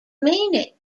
meaning